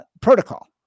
protocol